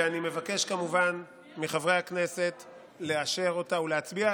ואני מבקש כמובן מחברי הכנסת לאשר אותה ולהצביע.